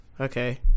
okay